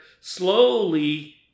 slowly